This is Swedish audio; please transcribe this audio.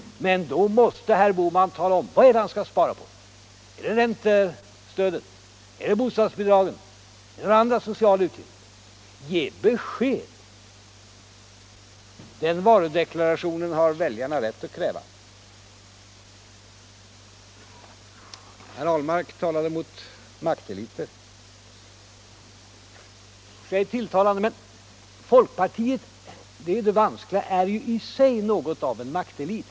Men då måste herr Bohman tala om vad det är han skall spara på. Är det räntestödet, är det bostadsbidragen, är det några andra sociala utgifter? Ge ett besked! Den varudeklarationen har väljarna rätt att kräva. Herr Ahlmark talade mot makteliter. Det är tilltalande, men det vanskliga är att folkpartiet i sig är något av en maktelit.